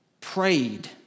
prayed